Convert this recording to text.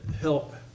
help